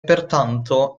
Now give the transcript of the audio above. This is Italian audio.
pertanto